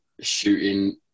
shooting